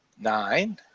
nine